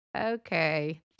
Okay